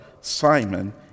Simon